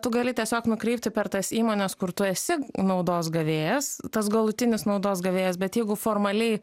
tu gali tiesiog nukreipti per tas įmones kur tu esi naudos gavėjas tas galutinis naudos gavėjas bet jeigu formaliai